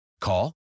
Call